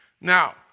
Now